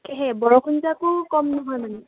বৰষুণজাকো কম নহয় মানে